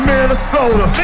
Minnesota